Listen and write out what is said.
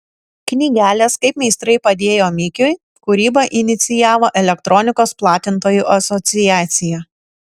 knygelės kaip meistrai padėjo mikiui kūrybą inicijavo elektronikos platintojų asociacija